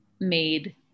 made